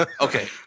okay